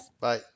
Bye